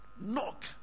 knock